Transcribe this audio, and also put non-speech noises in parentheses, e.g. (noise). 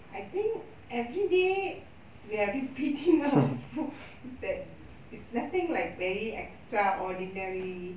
I think everyday we are repeating (laughs) the whole food that it's nothing like very extraordinary